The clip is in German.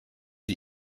die